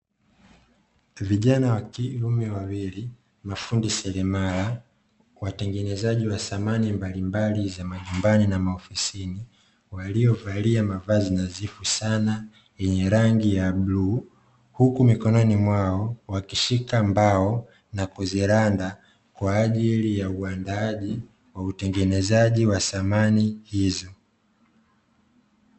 Vijana wa kiume wawili mafundi seremala watengenezaji wa samani mbalimbali za majumbani na maofisini, waliyovalia mavazi nadhifu sana yenye rangi ya bluu. Huku mikononi mwao wakishika mbao na kuziranda, kwa ajili ya uandaaji wa utengenezaji wa samani hizo.